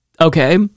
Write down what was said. okay